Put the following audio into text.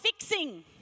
fixing